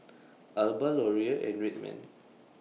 Alba Laurier and Red Man